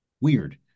weird